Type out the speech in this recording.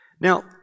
Now